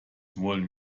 wollen